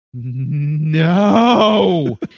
no